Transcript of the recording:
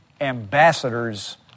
ambassadors